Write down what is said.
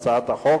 בהצעת החוק.